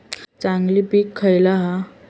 चांगली पीक खयला हा?